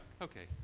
Okay